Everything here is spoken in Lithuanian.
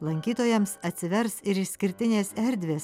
lankytojams atsivers ir išskirtinės erdvės